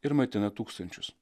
ir maitina tūkstančius